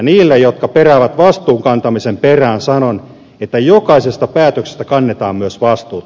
niille jotka peräävät vastuun kantamista sanon että jokaisesta päätöksestä kannetaan myös vastuuta